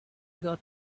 got